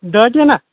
دہ ٹیٖن ہا